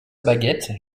baguette